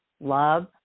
love